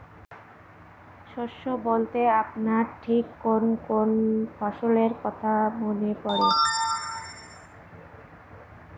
শস্য বলতে আপনার ঠিক কোন কোন ফসলের কথা মনে পড়ে?